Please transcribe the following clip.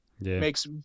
Makes